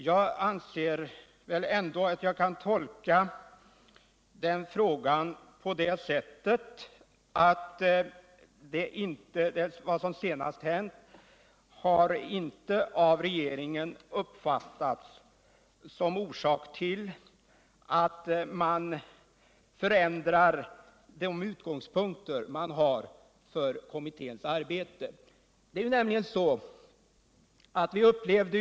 Jag anser att jag kan göra den tolkningen att vad som senast hänt inte har av regeringen uppfattats som en anledning att ändra de utgångspunkter som givits för kommitténs arbete.